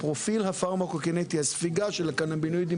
מהפרופיל הפרמקוקינטי של הקנבינואידים